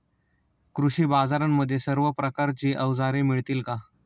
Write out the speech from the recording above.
कृषी बाजारांमध्ये सर्व प्रकारची अवजारे मिळतील का?